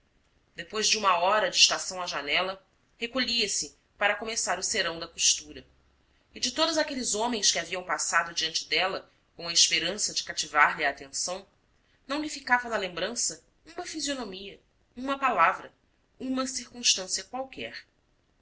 depois de uma hora de estação à janela recolhia-se para começar o serão da costura e de todos aqueles homens que haviam passado diante dela com a esperança de cativar lhe a atenção não lhe ficava na lembrança uma fisionomia uma palavra uma circunstância qualquer